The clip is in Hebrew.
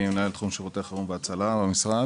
אני מנהל תחום שירותי חירום והצלה במשרד.